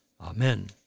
Amen